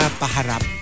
paharap